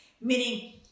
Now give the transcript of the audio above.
Meaning